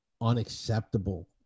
unacceptable